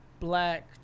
black